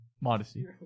Modesty